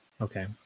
Okay